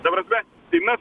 ta prasme